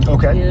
Okay